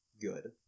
good